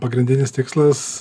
pagrindinis tikslas